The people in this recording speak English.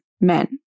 men